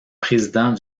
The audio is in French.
président